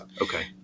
Okay